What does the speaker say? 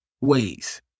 ways